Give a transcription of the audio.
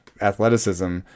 athleticism